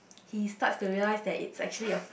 he start the real life that it actually a